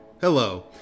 Hello